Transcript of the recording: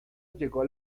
llegó